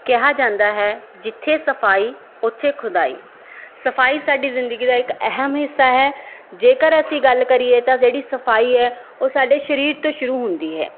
ਕਿਹਾ ਜਾਂਦਾ ਹੈ ਜਿੱਥੇ ਸਫਾਈ ਉੱਥੇ ਖੁਦਾਈ ਸਫਾਈ ਸਾਡੀ ਜ਼ਿੰਦਗੀ ਦਾ ਇੱਕ ਅਹਿਮ ਹਿੱਸਾ ਹੈ ਜੇਕਰ ਅਸੀਂ ਗੱਲ ਕਰੀਏ ਤਾਂ ਜਿਹੜੀ ਸਫਾਈ ਹੈ ਉਹ ਸਾਡੇ ਸਰੀਰ ਤੋਂ ਸ਼ੁਰੂ ਹੁੰਦੀ ਹੈ